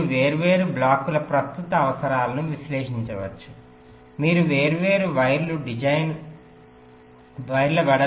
మీరు వేర్వేరు బ్లాకుల ప్రస్తుత అవసరాలను విశ్లేషించవచ్చు మీరు వేర్వేరు వైర్ల వెడల్పును సరిగ్గా చెప్పవచ్చు